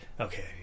okay